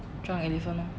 Drunk Elephant lor